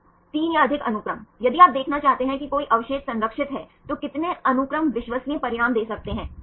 3 या अधिक अनुक्रम यदि आप देखना चाहते हैं कि कोई अवशेष संरक्षित हैं तो कितने अनुक्रम विश्वसनीय परिणाम दे सकते हैं